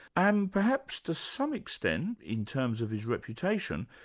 and perhaps to some extent, in terms of his reputation,